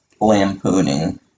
lampooning